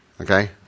Okay